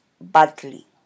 badly